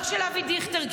לא של אבי דיכטר,